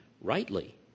rightly